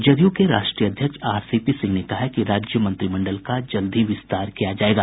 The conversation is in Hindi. जदयू के राष्ट्रीय अध्यक्ष आरसीपी सिंह ने कहा है कि राज्य मंत्रिमंडल का जल्द ही विस्तार किया जायेगा